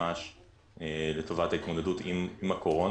מנמ"ש לטובת ההתמודדות עם הקורונה.